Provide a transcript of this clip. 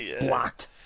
Blocked